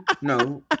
no